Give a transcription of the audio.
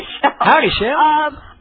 Howdy-shell